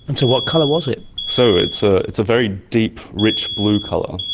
and so what colour was it? so it's ah it's a very deep, rich blue colour,